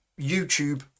YouTube